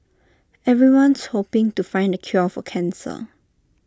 everyone's hoping to find the cure for cancer